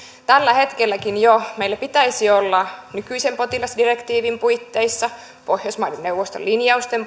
tällä hetkelläkin jo meillä pitäisi olla eun puitteissa nykyisen potilasdirektiivin puitteissa ja pohjoismaiden neuvoston linjausten